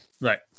Right